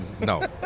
No